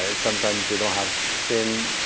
ah sometimes they don't have the same